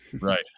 Right